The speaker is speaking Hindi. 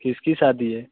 किसकी शादी है